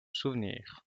souvenir